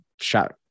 shot